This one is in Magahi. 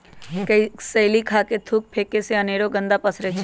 कसेलि खा कऽ थूक फेके से अनेरो गंदा पसरै छै